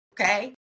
okay